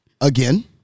again